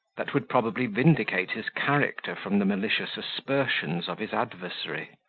that would probably vindicate his character from the malicious aspersions of his adversary.